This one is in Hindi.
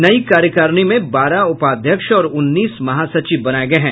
नई कार्यकारिणी में बारह उपाध्यक्ष और उन्नीस महासचिव बनाए गए हैं